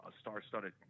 star-studded